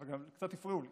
גם קצת הפריעו לי,